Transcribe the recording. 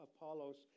Apollos